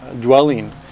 dwelling